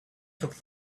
took